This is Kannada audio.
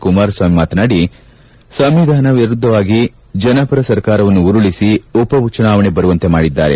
ಕುಮಾರಸ್ನಾಮಿ ಮಾತನಾಡಿ ಸಂವಿಧಾನ ವಿರುದ್ಧವಾಗಿ ಜನಪರ ಸರ್ಕಾರವನ್ನು ಉರುಳಿಸಿ ಉಪ ಚುನಾವಣೆ ಬರುವಂತೆ ಮಾಡಿದ್ದಾರೆ